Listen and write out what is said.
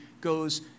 goes